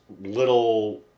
little